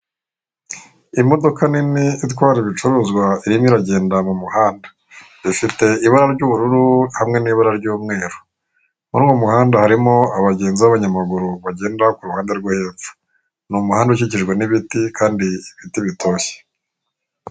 Imodoka nini itwara ibicuruzwa irimo iragenda mu muhanda, ifite ibara ry'ubururu hamwe n'ibara ry'umweru, mu muhanda harimo abagenzi b'abanyamaguru bagenda ku ruhande rwo hepfo, ni umuhanda ukikijwe n'ibiti kandi ibiti bitoshye.